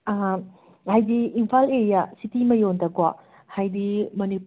ꯍꯥꯏꯗꯤ Imphal area city ꯃꯌꯣꯟꯗꯀꯣ ꯍꯥꯏꯗꯤ ꯃꯅꯤꯞ